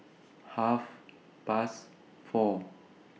Half Past four